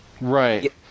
Right